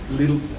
little